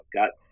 got